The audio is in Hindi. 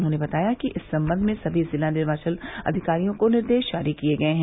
उन्होंने बताया कि इस संबंध में सभी जिला निर्वाचन अधिकारियों को निर्देश जारी कर दिये गये हैं